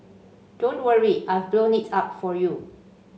don't worry I've blown it up for you